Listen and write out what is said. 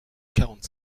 quarante